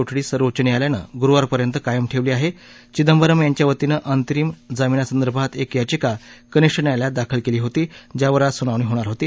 कोठडी सर्वोच्च न्यायालयानं गुरुवारपर्यंत कायम ठाकी आहा चिदंबरम यांच्या वतीनं अंतरीम जामीना संदर्भात एक याचिका कनिष्ठ न्यायालयात दाखल क्ली होती ज्यावर आज सुनावणी होणार होती